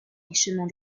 richement